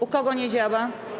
U kogo nie działa?